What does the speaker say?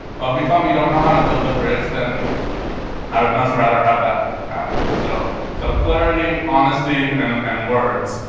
you tell me you don't know how to build the bridge, then i would much rather have that happen. so so clarity, honesty, and and words.